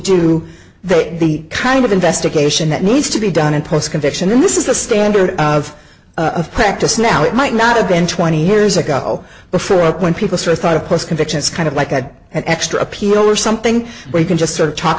do the kind of investigation that needs to be done and post conviction and this is the standard of a practice now it might not have been twenty years ago but for up when people throw thought of course convictions kind of like had an extra appeal or something where you can just sort of talk